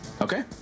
Okay